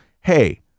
hey